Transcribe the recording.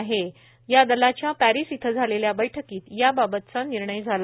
आर्थिक कृती दलाच्या पॅरिस इथं झालेल्या बैठकीत याबाबतचा निर्णय झाला